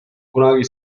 kunagi